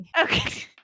Okay